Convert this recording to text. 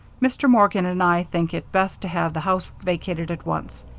mr. morgan and i think it best to have the house vacated at once.